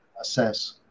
assess